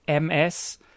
MS